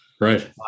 Right